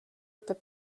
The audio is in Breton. pep